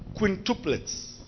quintuplets